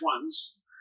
ones